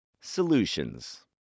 Solutions